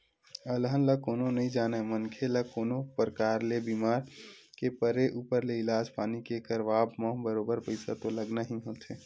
अलहन ल कोनो नइ जानय मनखे ल कोनो परकार ले बीमार के परे ऊपर ले इलाज पानी के करवाब म बरोबर पइसा तो लगना ही होथे